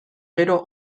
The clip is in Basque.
gero